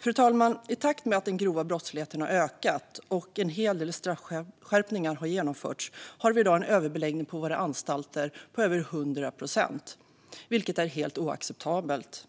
Fru talman! I takt med att den grova brottsligheten har ökat och en hel del straffskärpningar har genomförts har vi i dag en överbeläggning på våra anstalter på över 100 procent, vilket är helt oacceptabelt.